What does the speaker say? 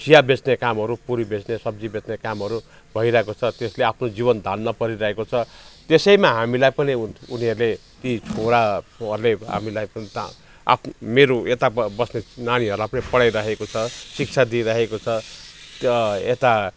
चिया बेच्ने कामहरू पुरी बेच्ने सब्जी बेच्ने कामहरू भइरहेको छ त्यसले आफ्नो जीवन धान्न परिरहेको छ त्यसैमा हामीलाई पनि उन उनीहरूले ती छोराहरूले हामीलाई पनि त आफ मेरो यता अब बस्ने नानीहरूलाई पनि पढाइरहेको छ शिक्षा दिइरहेको छ त्यो यता